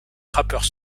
frappeurs